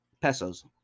pesos